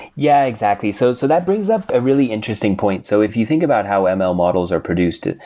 yeah, exactly. so so that brings up a really interesting point. so if you think about how ah ml models are produced,